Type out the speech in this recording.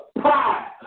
pride